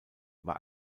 war